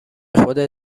خودت